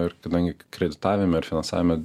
ir kadangi kreditavime ir finansavime